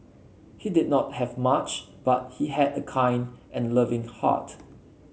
he did not have much but he had a kind and loving heart